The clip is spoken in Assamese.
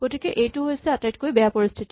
গতিকে এইটো হৈছে আটাইতকৈ বেয়া পৰিস্হিতি